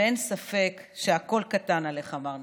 ואין ספק שהכול קטן עליך, מר נתניהו.